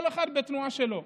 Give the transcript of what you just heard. כל אחד בתנועה שלו.